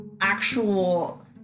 actual